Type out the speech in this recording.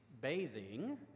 bathing